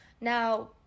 Now